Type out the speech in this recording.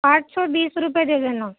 آٹھ سو بیس روپیے دے دینا